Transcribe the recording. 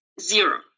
zero